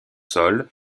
sol